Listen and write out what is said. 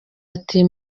ati